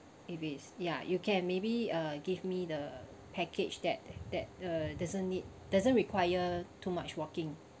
if it's ya you can maybe uh give me the package that that uh doesn't need doesn't require too much walking